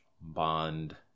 Bond